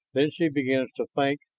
then she begins to think.